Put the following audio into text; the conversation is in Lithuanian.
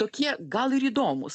tokie gal ir įdomūs